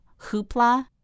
Hoopla